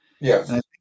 Yes